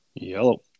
yellow